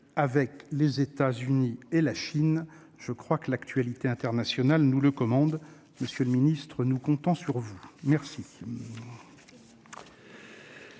avec les États-Unis et la Chine, comme l'actualité internationale nous le commande. Monsieur le ministre, nous comptons sur vous. La